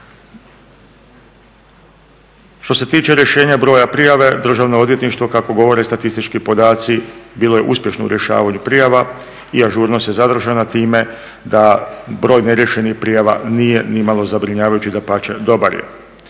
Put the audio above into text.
Što se tiče rješenja broja prijava Državno odvjetništvo kako govore statistički podaci bilo je uspješno u rješavanju prijava i ažurnost je zadržana time da broj neriješenih prijava nije nimalo zabrinjavajući, dapače, dobar je.